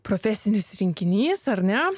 profesinis rinkinys ar ne